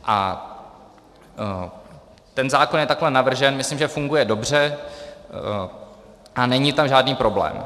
A ten zákon je takhle navržen, myslím, že funguje dobře a není tam žádný problém.